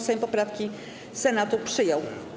Sejm poprawki Senatu przyjął.